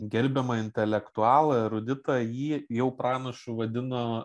gelbiamą intelektualų eruditą jį jau pranašu vadino